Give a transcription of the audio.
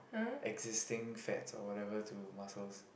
existing fats or whatever to muscles